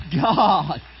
God